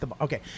Okay